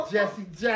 Jesse